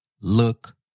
look